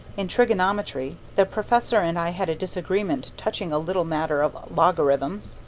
in trigonometry the professor and i had a disagreement touching a little matter of logarithms.